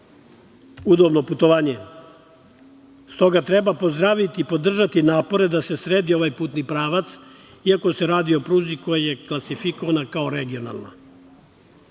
udobno putovanje.S toga, treba pozdraviti i podržati napore da se sredi ovaj putni pravac, iako se radi o pruzi koja je klasifikovana kao regionalna. Takođe,